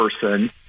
person